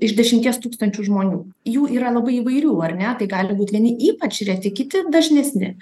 iš dešimties tūkstančių žmonių jų yra labai įvairių ar ne tai gali būt vieni ypač reti kiti dažnesni